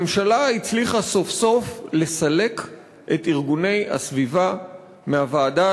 הממשלה הצליחה סוף-סוף לסלק את ארגוני הסביבה מהוועדה